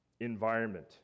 environment